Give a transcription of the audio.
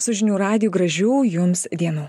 su žinių radiju gražių jums dienų